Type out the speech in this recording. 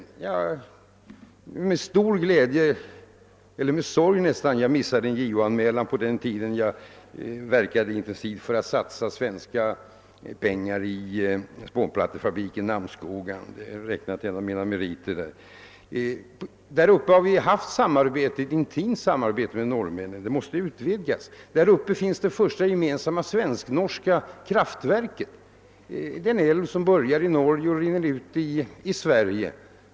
Det är med sorg jag tänker på att jag missade dra på mig en JO-anmälan på den tiden jag i Frostviken intensivt arbetade för att satsa kommunala pengar i den norska spånplattefabriken i Namskogan. Den aktiviteten räknar jag till en av mina meriter. Där uppe har vi alltid haft intimt samarbete med norrmännen, och varför skulle inte detta samarbete utvidgas? Där finns det första gemensamma svensk-norska kraftverket Linvasselvs kraftverk — vid den älv som börjar i Norge och rinner ut i Sverige.